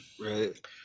right